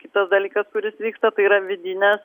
kitas dalykas kuris vyksta tai yra vidinės